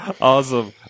Awesome